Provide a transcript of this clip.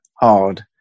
hard